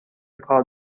کار